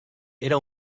era